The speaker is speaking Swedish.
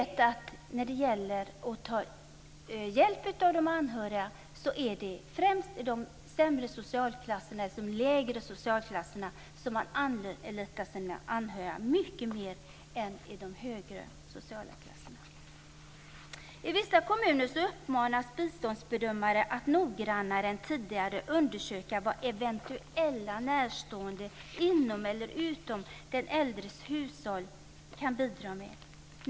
När det gäller att ta hjälp av de anhöriga vet vi att man i de lägre socialklasserna anlitar sina anhöriga mycket mer än i de högre sociala klasserna. I vissa kommuner uppmanas biståndsbedömare att noggrannare än tidigare undersöka vad eventuella närstående inom eller utom den äldres hushåll kan bidra med.